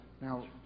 Now